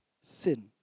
sin